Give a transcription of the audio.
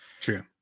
true